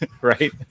right